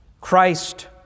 Christ